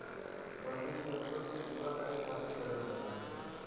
funding जरूरत के पूरा करे खातिर करल जाला